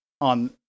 on